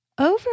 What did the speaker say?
Over